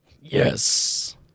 Yes